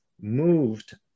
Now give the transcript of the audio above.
moved